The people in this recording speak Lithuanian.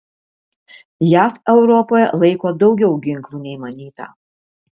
jav europoje laiko daugiau ginklų nei manyta